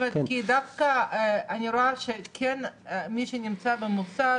אני רואה שכן מי שנמצא במוסד,